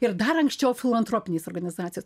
ir dar anksčiau filantropinės organizacijos